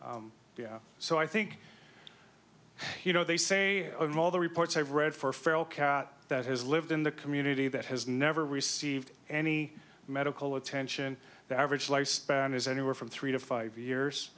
yeah so i think you know they say of all the reports i've read for a feral cat that has lived in the community that has never received any medical attention the average lifespan is anywhere from three to five years